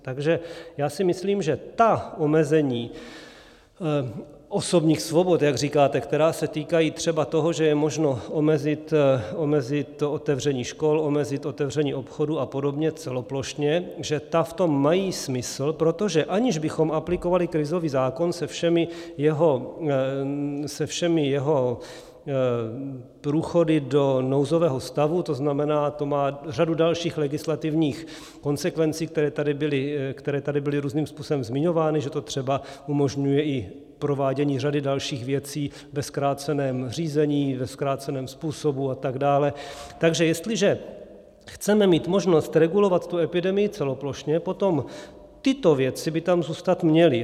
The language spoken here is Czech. Takže já si myslím, že ta omezení osobních svobod, jak říkáte, která se týkají třeba toho, že je možno omezit otevření škol, omezit otevření obchodů a podobně celoplošně, že ta v tom mají smysl, protože aniž bychom aplikovali krizový zákon se všemi jeho průchody do nouzového stavu, to znamená, to má řadu dalších legislativních konsekvencí, které tady byly různým způsobem zmiňovány, že to třeba umožňuje i provádění řady dalších věcí ve zkráceném řízení, ve zkráceném způsobu atd., takže jestliže chceme mít možnost regulovat tu epidemii celoplošně, potom tyto věci by tam zůstat měly.